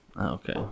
okay